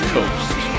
Coast